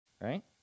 Right